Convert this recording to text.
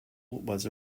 was